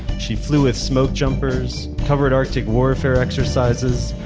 she flew with smokejumpers, covered arctic warfare exercises,